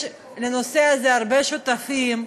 יש לנושא הזה הרבה שותפים.